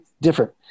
different